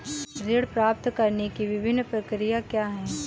ऋण प्राप्त करने की विभिन्न प्रक्रिया क्या हैं?